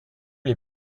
les